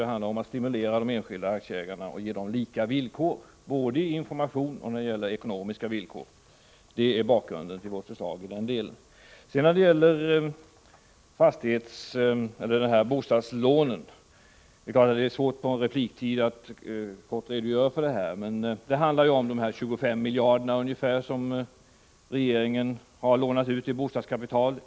Det handlar också om att stimulera de enskilda aktieägarna och ge dem lika villkor som övriga aktieägare, både i informationshänseende och när det gäller ekonomiska förutsättningar. Detta är bakgrunden till vårt förslag i denna del. Det är klart att det är svårt att på en kort repliktid redogöra för vårt förslag beträffande bostadslånen. Det gäller alltså de ca 25 miljarder som regeringen, utan räntebidrag, har lånat ut i bostadskapital.